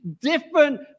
different